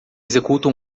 executa